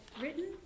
written